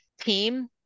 team